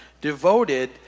devoted